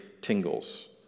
tingles